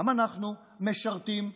גם אנחנו משרתים,